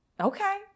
Okay